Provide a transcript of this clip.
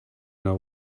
know